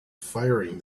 firing